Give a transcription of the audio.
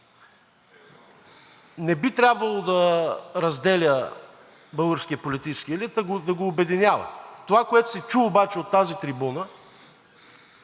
не би трябвало да разделя българския политически елит, а да го обединява. Това, което се чу обаче от тази трибуна,